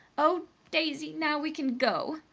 oh, daisy now we can go!